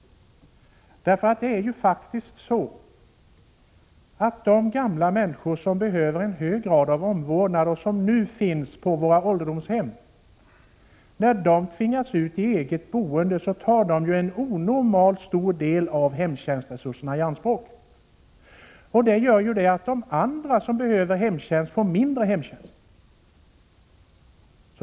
När de gamla människor som behöver en hög grad av omvårdnad och som nu bor på våra ålderdomshem tvingas ut i eget boende, tar de i anspråk en onormalt stor del av hemtjänstens resurser. Det gör att de andra som behöver hemtjänst får mindre hemtjänst.